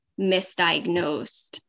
misdiagnosed